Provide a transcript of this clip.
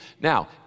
Now